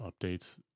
updates